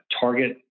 target